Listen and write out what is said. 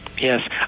Yes